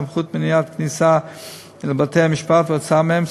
סמכות מניעת כניסה לבתי-המשפט והוצאה מהם,